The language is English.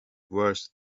worse